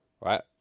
right